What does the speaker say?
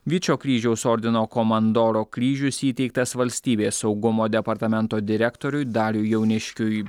vyčio kryžiaus ordino komandoro kryžius įteiktas valstybės saugumo departamento direktoriui dariui jauniškiui